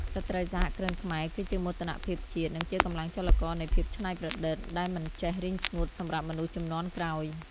ស្ត្រីសហគ្រិនខ្មែរគឺជាមោទនភាពជាតិ និងជាកម្លាំងចលករនៃភាពច្នៃប្រឌិតដែលមិនចេះរីងស្ងួតសម្រាប់មនុស្សជំនាន់ក្រោយ។